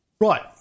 Right